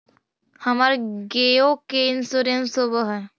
हमर गेयो के इंश्योरेंस होव है?